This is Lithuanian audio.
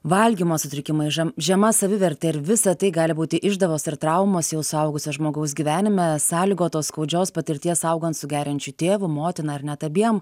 valgymo sutrikimai žam žema savivertė ir visa tai gali būti išdavos ir traumos jau suaugusio žmogaus gyvenime sąlygotos skaudžios patirties augant su geriančiu tėvu motina ar net abiem